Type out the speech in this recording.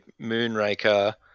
Moonraker